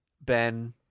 ben